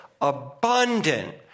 abundant